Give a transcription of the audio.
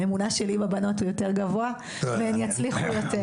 האמונה שלי בבנות הוא יותר גבוה והן יצליחו יותר.